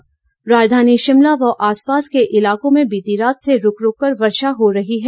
मौसम राजधानी शिमला व आसपास के इलाकों में बीती रात से रूक रूक कर वर्षा हो रही है